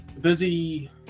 Busy